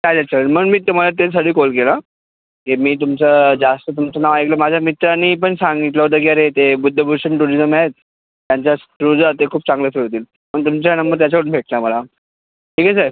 चालेल सर म्हणून मी तुम्हाला त्यासाठी कॉल केला की मी तुमचा जास्त तुमचं नाव ऐकलं माझ्या मित्राने पण सांगितलं होतं की अरे ते बुद्धभूषण टुरिजम आहेत त्यांच्यास थ्रू जा ते खूप चांगलं सोडतील आणि तुमचा नंबर त्याच्यावरून भेटला मला ठीक आहे साहेब